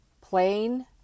Plain